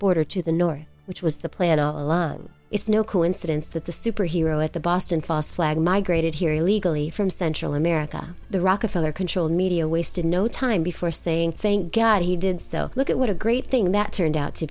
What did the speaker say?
border to the north which was the plan a la it's no coincidence that the superhero at the boston foss flag migrated here illegally from central america the rockefeller controlled media wasted no time before saying thank god he did so look at what a great thing that turned out to